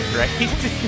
right